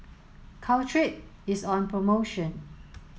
caltrate is on promotion